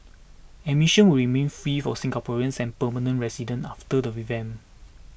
admission will remain free for Singaporeans and permanent residents after the revamp